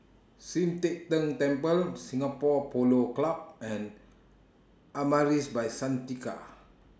Sian Teck Tng Temple Singapore Polo Club and Amaris By Santika